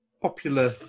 popular